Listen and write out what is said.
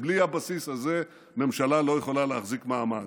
בלי הבסיס הזה, ממשלה לא יכולה להחזיק מעמד.